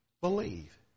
believe